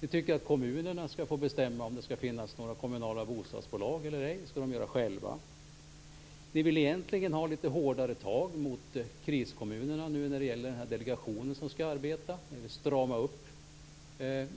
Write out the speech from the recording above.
Ni tycker att kommunerna själva skall få bestämma om det skall finnas några kommunala bostadsbolag eller ej. Ni vill egentligen ha litet hårdare tag mot kriskommunerna nu när det gäller den här delegationen som skall arbeta. Ni vill strama upp